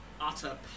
utter